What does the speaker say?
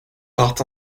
partent